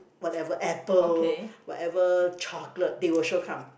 whatever apple whatever chocolate they will sure come